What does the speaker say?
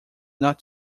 not